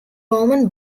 roman